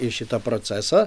į šitą procesą